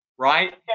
right